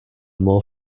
more